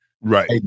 Right